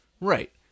Right